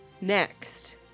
Next